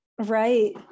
Right